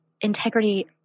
integrity